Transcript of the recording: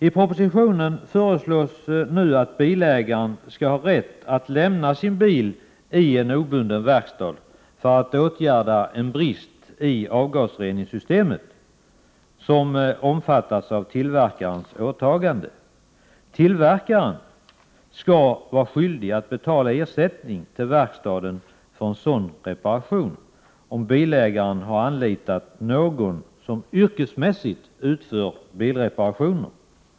I propositionen föreslås nu att bilägaren skall ha rätt att lämna sin bil till en obunden verkstad för att åtgärda en brist i avgasreningssystemet som omfattas av tillverkarens åtagande. Tillverkaren skall vara skyldig att betala ersättning till verkstaden för en sådan reparation, om bilägaren har anlitat någon som yrkesmässigt utför bilreparationer.